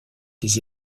des